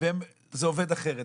וזה עובד אחרת,